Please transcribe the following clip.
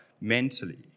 mentally